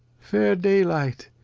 fair day light!